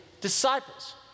disciples